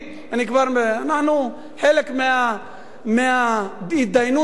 אנחנו חלק מההתדיינות פה,